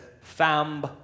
fam